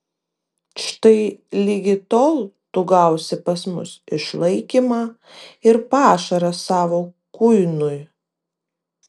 štai ligi tol tu gausi pas mus išlaikymą ir pašarą savo kuinui